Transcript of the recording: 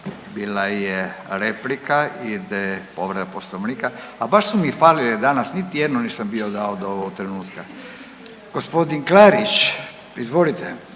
Bila je replika. Ide povreda Poslovnika. A baš su mi falile danas, niti jednu nisam bio dao do ovog trenutka. Gospodin Klarić, izvolite.